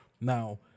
now